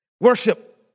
Worship